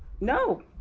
No